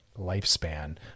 lifespan